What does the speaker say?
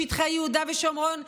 בשטחי יהודה ושומרון,